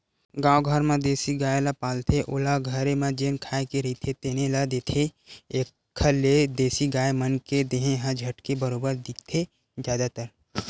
गाँव घर म देसी गाय ल पालथे ओला घरे म जेन खाए के रहिथे तेने ल देथे, एखर ले देसी गाय मन के देहे ह झटके बरोबर दिखथे जादातर